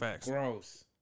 Gross